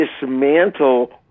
dismantle